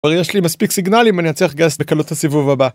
כבר יש לי מספיק סיגנל אם אני אצלח גס בקלות הסיבוב הבא.